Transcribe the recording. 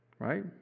Right